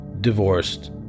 divorced